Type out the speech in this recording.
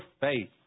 faith